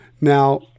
Now